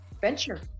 venture